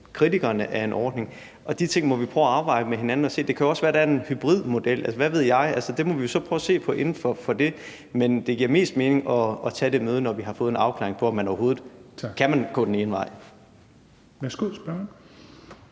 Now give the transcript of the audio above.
kritikerne af en ordning. De ting må vi prøve at afveje med hinanden, og vi må se på, om der også kan være en hybridmodel, eller hvad ved jeg. Det må vi så prøve at se på inden for det, men det giver mest mening at tage det møde, når vi har fået en afklaring af, om man overhovedet kan gå den ene vej. Kl. 13:43 Fjerde